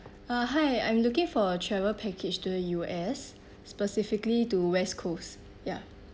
uh hi I'm looking for a travel package to U_S specifically to west coast ya